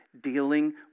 dealing